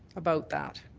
about that.